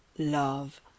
Love